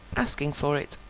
asking for it.